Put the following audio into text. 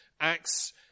Acts